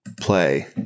play